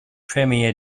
premier